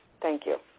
thank you.